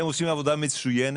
אתם עושים עבודה מצוינת.